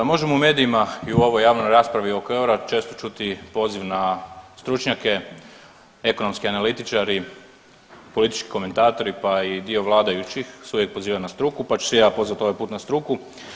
Možemo u medijima i u ovoj javnoj raspravi oko eura često čuti poziv na stručnjake, ekonomski analitičari, politički komentatori pa i dio vladajućih se uvijek pozivaju na struku pa ću se i ja pozvat ovaj put na struku.